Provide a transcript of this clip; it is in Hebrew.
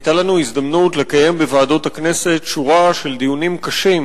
היתה לנו הזדמנות לקיים בוועדות הכנסת שורה של דיונים קשים